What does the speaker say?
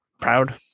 proud